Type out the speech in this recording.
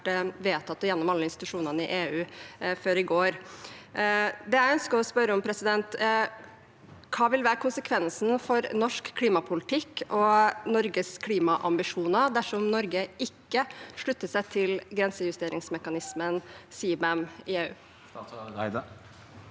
vedtatt gjennom alle institusjonene i EU før i går. Det jeg ønsker å spørre om, er: Hva vil være konsekvensen for norsk klimapolitikk og Norges klimaambisjoner dersom Norge ikke slutter seg til EUs grensejusteringsmekanisme, CBAM? Statsråd